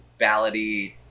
ballady